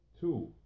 Two